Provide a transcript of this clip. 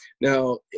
Now